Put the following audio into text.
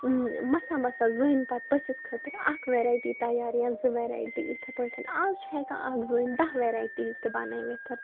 مَسَہ مَسَہ زٔنۍ پَتہٕ پٔژھِس خٲطرٕ اَکھ وٮ۪رایٹی تیار یا زٕ وٮ۪رایٹی یِتھَے پٲٹھۍ آز چھِ ہٮ۪کان اَکھ زٔنۍ دَہ وٮ۪رایٹیٖز تہِ بَنٲوِتھ